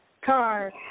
car